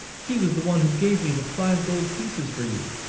he was the one who gave me the five gold pieces for you,